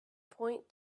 point